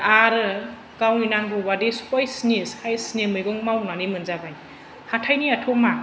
आरो गावनि नांगौ बायदि सयसनि साइसनि मैगं मावनानै मोनजाबाय हाथायनिआथ' मा